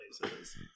places